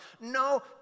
No